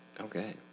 okay